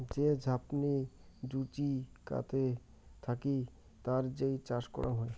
যে ঝাপনি জুচিকতে থাকি তার যেই চাষ করাং হই